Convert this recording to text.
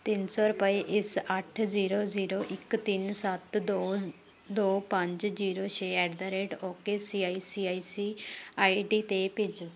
ਤਿੰਨ ਸੌ ਰੁਪਏ ਇਸ ਅੱਠ ਜ਼ੀਰੋ ਜ਼ੀਰੋ ਇੱਕ ਤਿੰਨ ਸੱਤ ਦੋ ਦੋ ਪੰਜ ਜੀਰੋ ਛੇ at the rate ok C I C I C I D 'ਤੇ ਭੇਜੋ